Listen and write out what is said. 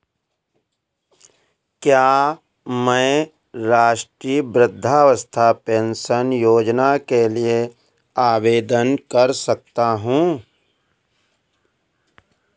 क्या मैं राष्ट्रीय वृद्धावस्था पेंशन योजना के लिए आवेदन कर सकता हूँ?